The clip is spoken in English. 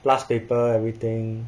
last paper everything